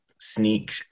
sneak